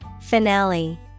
Finale